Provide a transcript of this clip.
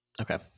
Okay